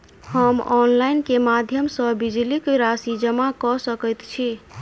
हम ऑनलाइन केँ माध्यम सँ बिजली कऽ राशि जमा कऽ सकैत छी?